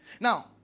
Now